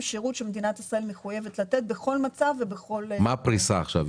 שירות שמדינת ישראל מחויבת לתת בכל מצב ובכל --- מה הפריסה עכשיו,